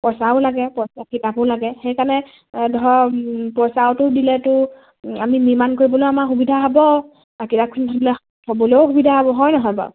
পইচাও লাগে পইচা কিতাপো লাগে সেইকাৰণে ধৰক পইচাটো দিলেতো আমি নিৰ্মাণ কৰিবলৈ আমাৰ সুবিধা হ'ব কিতাপখন হ'বলৈও সুবিধা হ'ব হয় নহয় বাৰু